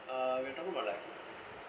uh we're talking about like